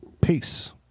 Peace